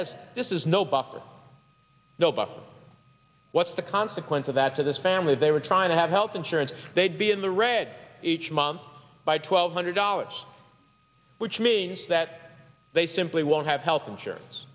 has this is no buffer no bottom what's the consequence of that for this family they were trying to have health insurance they'd be in the red each month by twelve hundred dollars which means that they simply won't have health insurance